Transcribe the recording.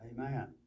Amen